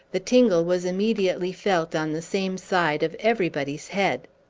the tingle was immediately felt on the same side of everybody's head.